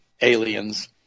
aliens